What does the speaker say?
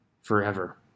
forever